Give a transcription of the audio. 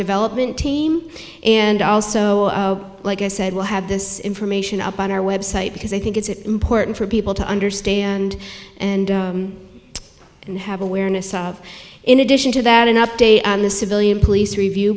development team and also like i said we'll have this information up on our website because i think it's important for people to understand and and have awareness of in addition to that an update on the civilian police review